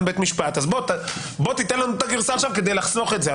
בית המשפט ולכן יבקשו שאתן את הגרסה עכשיו כדי לחסוך את זה.